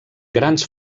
grans